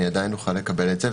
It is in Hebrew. אני עדיין אוכל לקבל את זה.